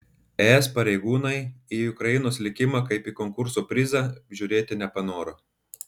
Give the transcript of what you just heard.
es pareigūnai į ukrainos likimą kaip į konkurso prizą žiūrėti nepanoro